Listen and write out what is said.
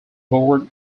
board